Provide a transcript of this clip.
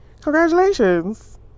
congratulations